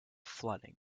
flooding